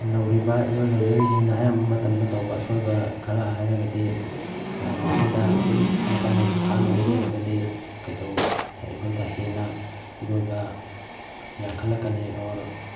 ꯅꯧꯔꯤꯕ ꯏꯔꯣꯏꯕ ꯃꯤꯑꯣꯏꯁꯤꯡꯅ ꯑꯌꯥꯝꯅ ꯃꯇꯝꯗ ꯇꯧꯕ ꯑꯁꯣꯏꯕ ꯈꯔ ꯍꯥꯏꯔꯒꯗꯤ ꯃꯈꯣꯏꯗ ꯑꯗꯨꯝ ꯃꯇꯝ ꯍꯦꯟꯅ ꯁꯥꯡꯅ ꯏꯔꯣꯏꯔꯒꯗꯤ ꯀꯩꯗꯧ ꯍꯥꯏꯗꯤ ꯑꯩꯈꯣꯏꯗ ꯍꯦꯟꯅ ꯏꯔꯣꯏꯕ ꯌꯥꯡꯈꯠꯂꯛꯀꯅꯤ ꯑꯣꯔ